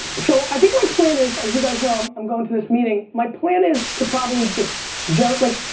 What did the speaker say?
so i think my plan is, as you guys know. um i'm going to this meeting. my plan is, to probably just just like.